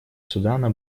судана